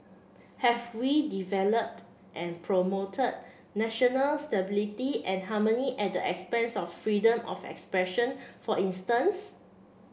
have we developed and promoted national stability and harmony at expense of freedom of expression for instance